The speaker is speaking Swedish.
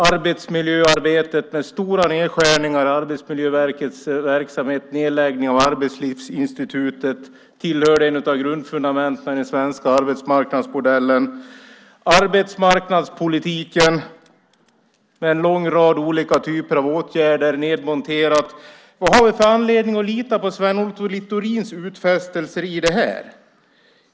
Arbetsmiljöarbetet tillhörde ett av fundamenten i den svenska arbetsmarknadsmodellen - vi har sett stora nedskärningar i Arbetsmiljöverkets verksamhet och nedläggning av Arbetslivsinstitutet. Arbetsmarknadspolitiken med en lång rad olika typer av åtgärder är nedmonterad. Vad har vi för anledning att lita på Sven Otto Littorins utfästelser i detta?